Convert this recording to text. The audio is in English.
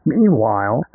Meanwhile